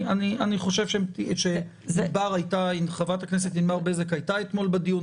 אני חושב שחברת הכנסת ענבר בזק הייתה אתמול בדיון.